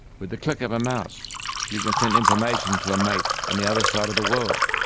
with a click of a mouse you can send information to a mate on the other side of the world,